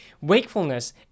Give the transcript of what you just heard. wakefulness